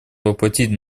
воплотить